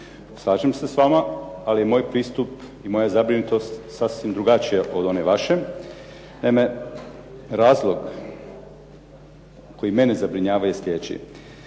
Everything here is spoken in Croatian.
Slažem se s vama, ali su moj pristup i moja zabrinutost sasvim drugačija od one vaše. Naime, razlog koji mene zabrinjava je sljedeći.